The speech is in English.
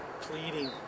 pleading